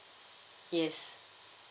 yes